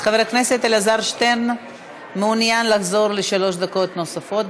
חבר הכנסת אלעזר שטרן מעוניין לחזור לשלוש דקות נוספות.